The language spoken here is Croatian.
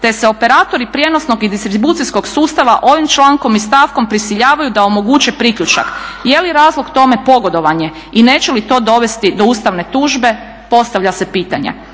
te se operatori prijenosnog i distribucijskog sustava ovim člankom i stavkom prisiljavaju da omoguće priključak. Je li razlog tome pogodovanje i neće li to dovesti do ustavne tužbe postavlja se pitanje?